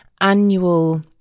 annual